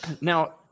Now